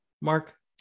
Mark